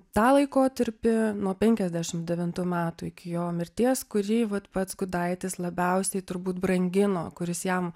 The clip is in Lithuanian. tą laikotarpį nuo penkiasdešimt devintų metų iki jo mirties kurį vat pats gudaitis labiausiai turbūt brangino kuris jam